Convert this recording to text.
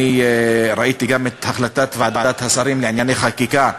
ראיתי גם את החלטת ועדת השרים לענייני חקיקה,